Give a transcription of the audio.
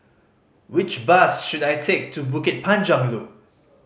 which bus should I take to Bukit Panjang Loop